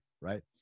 right